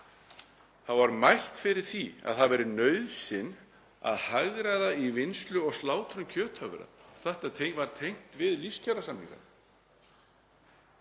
2019 var mælt fyrir því að það væri nauðsyn að hagræða í vinnslu og slátrun kjötafurða. Þetta var tengt við lífskjarasamningana.